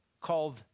called